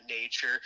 nature